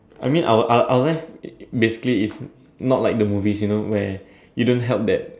I mean our our our life basically is not like the movies you know where you don't help that